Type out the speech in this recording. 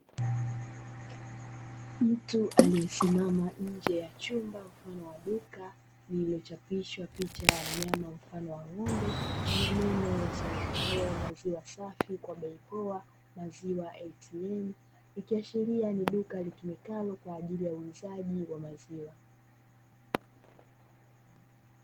Mtu aliesimama nje ya chumba mfano wa duka lililochapishwa picha ya mnyama mfano wa ng'ombe na maneno yasomekayo "MAZIWA SAFI KWA BEI POA MAZIWA ATM", ikiashiria ni duka litumikalo kwa ajili ya uuzaji wa maziwa.